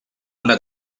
una